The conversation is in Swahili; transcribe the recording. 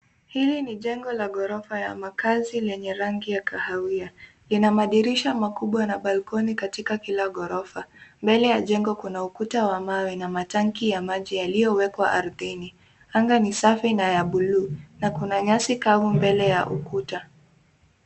Hili ni jengo la ghorofa ya makazi lenye rangi ya kahawia. Lina madirisha makubwa na (cs)balconi(cs) katika kila ghorofa. Mbele ya jengo kuna ukuta wa mawe na matanki ya maji yaliyowekwa ardhini. Anga ni safi na ya bluu, na kuna nyasi kavu mbele ya ukuta.